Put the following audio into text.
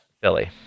Philly